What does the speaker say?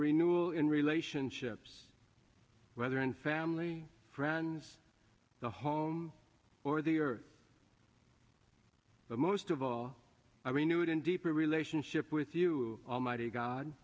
renewal in relationships whether in family friends the home or the earth but most of all i knew it in deeper relationship with you almighty god